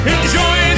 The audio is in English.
Enjoy